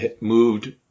moved